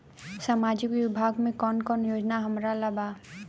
सामाजिक विभाग मे कौन कौन योजना हमरा ला बा?